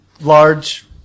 large